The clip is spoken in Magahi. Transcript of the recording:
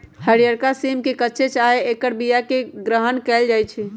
हरियरका सिम के कच्चे चाहे ऐकर बियाके ग्रहण कएल जाइ छइ